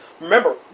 Remember